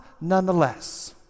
nonetheless